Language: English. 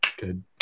Good